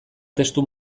testu